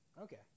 Okay